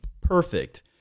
perfect